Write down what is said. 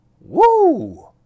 woo